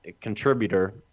contributor